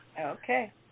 Okay